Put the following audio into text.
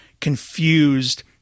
confused